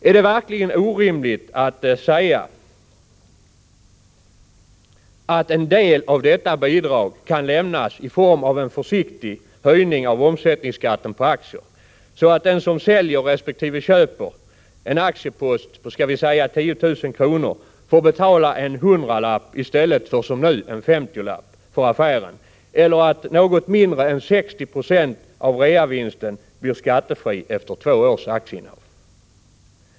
Är det verkligen orimligt att säga att en del av detta bidrag kan lämnas i form av en försiktig höjning av omsättningsskatten på aktier, så att den som säljer resp. köper en aktiepost påt.ex. 10 000 kr. får betala en hundralapp i stället för som nu en femtiolapp för affären eller att något mindre än 60 96 av reavinsten blir skattefri efter två års aktieinnehav?